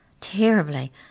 Terribly